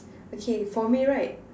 okay for me right